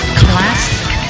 classic